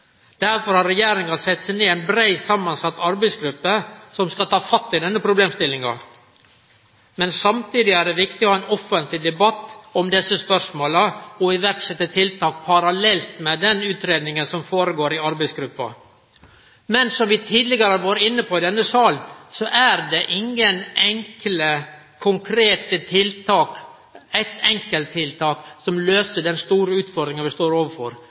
denne problemstillinga. Samtidig er det viktig å ha ein offentleg debatt om desse spørsmåla og setje i verk tiltak parallelt med den utgreiinga som føregår i arbeidsgruppa. Som vi tidlegare har vore inne på i denne salen, er det ingen enkle, konkrete tiltak eller eit enkelttiltak som løyser den store utfordringa vi står overfor.